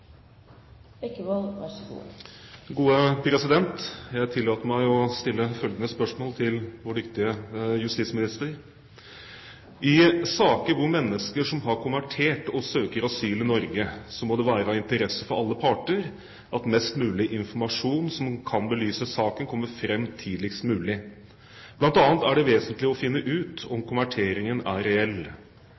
har konvertert og søker asyl i Norge, må det være av interesse for alle parter at mest mulig informasjon som kan belyse saken, kommer fram tidligst mulig. Blant annet er det vesentlig å finne ut om konverteringen er reell.